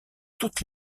toutes